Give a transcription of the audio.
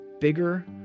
bigger